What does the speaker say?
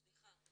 סליחה,